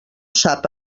sap